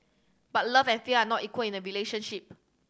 but love and fear are not equal in the relationship